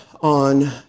on